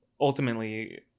ultimately